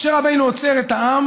משה רבנו עוצר את העם